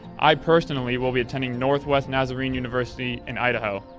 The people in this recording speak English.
i personally will be attending northwest nazarene university in idaho,